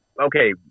okay